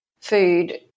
food